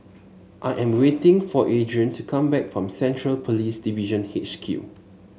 I am waiting for Adrian to come back from Central Police Division H Q